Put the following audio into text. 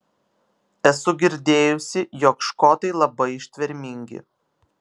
esu girdėjusi jog škotai labai ištvermingi